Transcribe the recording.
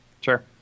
Sure